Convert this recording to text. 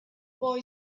boy